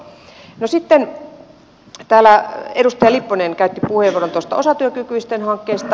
sitten täällä edustaja lipponen käytti puheenvuoron osatyökykyisten hankkeista